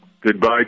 Goodbye